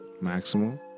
maximum